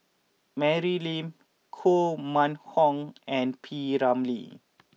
Mary Lim Koh Mun Hong and P Ramlee